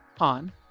on